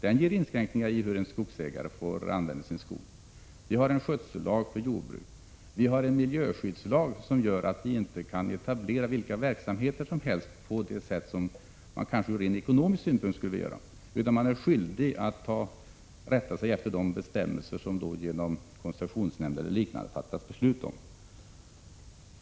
Den ger inskränkningar i hur en skogsägare får använda sin skog. Vi har en skötsellag för jordbruk. Vi har en miljöskyddslag som gör att vi inte kan etablera vilka verksamheter som helst på det sätt som vi kanske ur rent ekonomisk synpunkt skulle vilja göra, utan vi är skyldiga att rätta oss efter de bestämmelser som det genom koncessionsnämnden eller liknande har fattats beslut om.